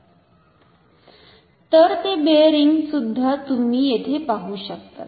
तर ते बेअरिंग सुद्धा तुम्ही येथे पाहू शकतात